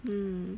mm